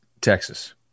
Texas